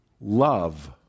love